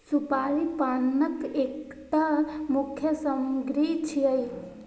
सुपारी पानक एकटा मुख्य सामग्री छियै